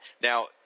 Now